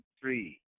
three